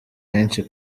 henshi